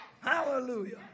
Hallelujah